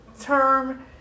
term